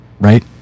Right